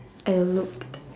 I looked